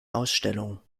ausstellung